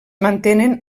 mantenen